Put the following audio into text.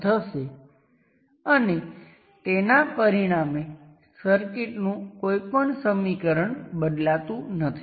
તેથી ચાલો હવે આપણે સંપૂર્ણ સર્કિટ સાથે આપણી સુપર પોઝિશન છે